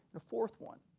the fourth one